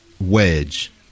wedge